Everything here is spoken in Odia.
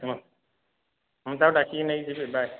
ହଁ ମୁଁ ତାକୁ ଡାକିକି ନେଇକି ଯିବି ବାଏ